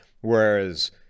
Whereas